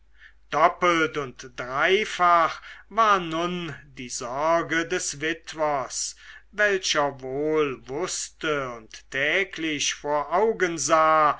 doppelt und dreifach war nun die sorge des witwers welcher wohl wußte und täglich vor augen sah